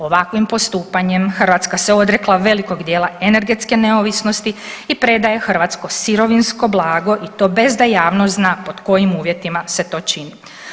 Ovakvim postupanjem Hrvatska se odrekla velikog dijela energetske neovisnosti i predaje hrvatsko sirovinsko blago i to bez da javnost zna pod kojim uvjetima se to čini.